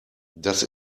das